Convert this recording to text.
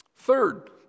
Third